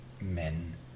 men